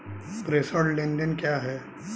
प्रेषण लेनदेन क्या है?